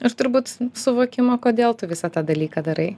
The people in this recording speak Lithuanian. ir turbūt suvokimo kodėl tu visą tą dalyką darai